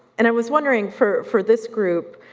and i was wondering, for for this group,